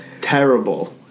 terrible